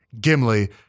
Gimli